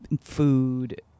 food